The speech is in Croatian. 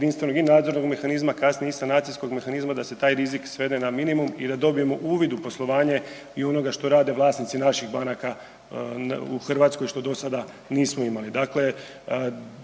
jedinstvenog i nadzornog mehanizma, kasnije i sanacijskog mehanizma, da se taj rizik svede na minimum i da dobijemo uvid u poslovanje i onoga što rade vlasnici naših banaka u Hrvatskoj, što dosada nismo imali.